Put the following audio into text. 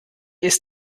ist